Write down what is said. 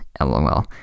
LOL